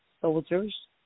soldiers